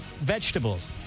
Vegetables